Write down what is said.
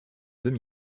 deux